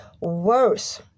worse